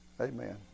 Amen